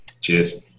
Cheers